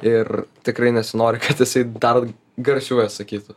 ir tikrai nesinori kad jisai dar garsiuoju sakytų